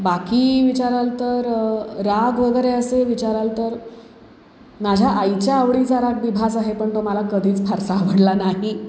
बाकी विचाराल तर राग वगैरे असे विचाराल तर माझ्या आईच्या आवडीचा राग विभाज आहे पण तो मला कधीच फारसा आवडला नाही